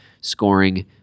scoring